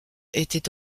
était